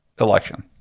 election